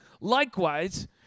Likewise